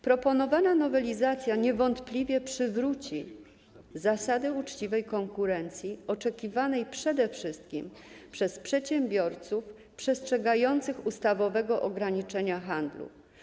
Proponowana nowelizacja niewątpliwie przywróci zasady uczciwej konkurencji oczekiwanej przede wszystkim przez przedsiębiorców przestrzegających ustawowego ograniczenia handlu.